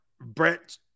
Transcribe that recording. Brett